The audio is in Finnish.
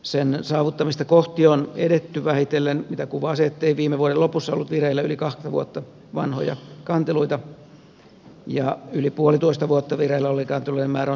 sen saavuttamista kohti on edetty vähitellen mitä kuvaa se ettei viime vuoden lopussa ollut vireillä yli kahta vuotta vanhoja kanteluita ja yli puolitoista vuotta vireillä olleiden kanteluiden määrä on selvästi vähentynyt